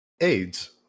AIDS